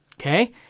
okay